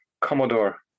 commodore